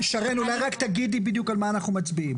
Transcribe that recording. שרן אולי רק תגידי בדיוק על מה אנחנו מצביעים.